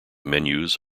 menus